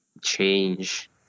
change